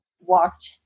walked